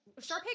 Sharpay